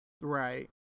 Right